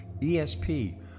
ESP